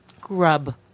Grub